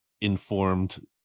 informed